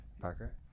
Parker